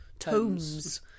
tomes